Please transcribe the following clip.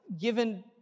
given